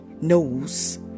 knows